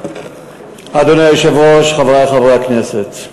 אדוני היושב-ראש, חברי חברי הכנסת,